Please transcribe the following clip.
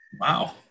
Wow